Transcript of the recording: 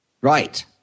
right